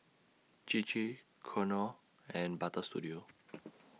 Chir Chir Knorr and Butter Studio